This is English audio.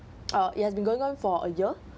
uh it has been going on for a year